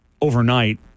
overnight